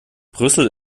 brüssel